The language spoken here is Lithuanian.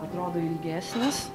atrodo ilgesnis